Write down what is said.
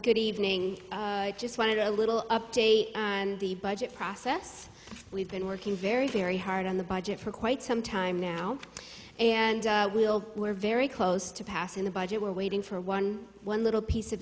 good evening just wanted a little update and the budget process we've been working very very hard on the budget for quite some time now and we'll we're very close to passing the budget we're waiting for one one little piece of